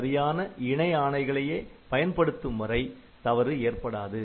சரியான இணை ஆணைகளையே பயன்படுத்தும் வரை தவறு ஏற்படாது